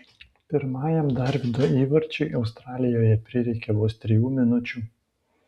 pirmajam darvydo įvarčiui australijoje prireikė vos trijų minučių